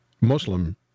Muslim